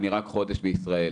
אני רק חודש בישראל,